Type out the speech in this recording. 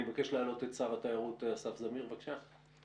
אני מבקש להעלות את שר התיירות, אסף זמיר, בבקשה.